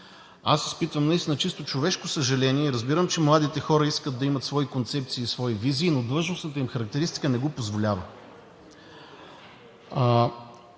Изпитвам чисто човешко съжаление и разбирам, че младите хора искат да имат свои концепции и свои визии, но длъжностната им характеристика не го позволява.